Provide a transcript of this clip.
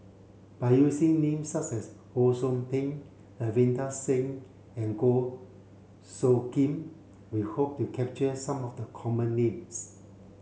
by using names such as Ho Sou Ping Ravinder Singh and Goh Soo Khim we hope to capture some of the common names